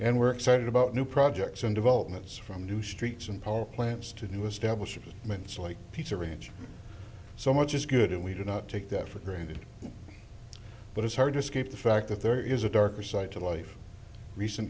and we're excited about new projects and developments from new streets and power plants to new establishment so like pizza ranch so much is good and we do not take that for granted but it's hard to escape the fact that there is a darker side to life recent